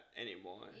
anymore